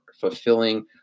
fulfilling